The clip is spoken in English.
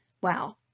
Wow